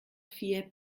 fiait